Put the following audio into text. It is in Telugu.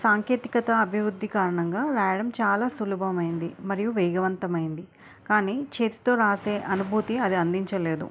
సాంకేతికత అభివృద్ధి కారణంగా రాయడం చాలా సులభమైంది మరియు వేగవంతమైంది కానీ చేతితో రాసే అనుభూతి అది అందించలేదు